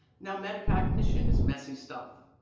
now metacognition is messy stuff.